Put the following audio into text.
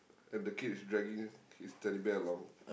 and the kid is dragging his Teddy Bear along